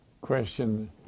question